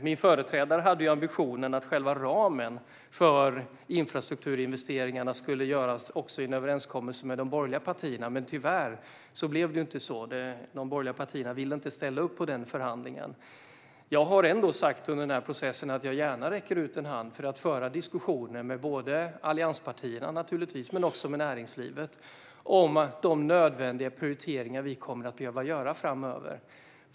Min företrädare hade ambitionen att ramen för infrastrukturinvesteringar skulle fastställas genom överenskommelse med de borgerliga partierna. Men tyvärr blev det inte så. De borgerliga partierna ville inte ställa upp på den förhandlingen. Jag har under den här processen ändå sagt att jag gärna räcker ut en hand för att föra diskussionen både med allianspartierna och med näringslivet om de nödvändiga prioriteringar som vi kommer att behöva göra framöver.